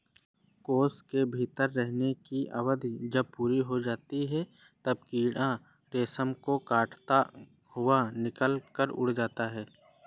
कोश के भीतर रहने की अवधि जब पूरी हो जाती है, तब कीड़ा रेशम को काटता हुआ निकलकर उड़ जाता है